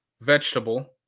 vegetable